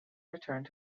returned